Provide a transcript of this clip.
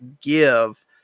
give